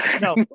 no